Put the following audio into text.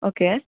okay